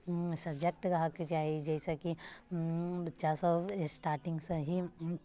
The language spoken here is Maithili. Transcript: सब्जेक्ट रहऽके चाही जाहिसँ कि बच्चा सब स्टार्टिङ्गसँ ही